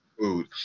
food